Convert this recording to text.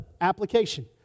application